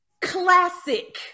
classic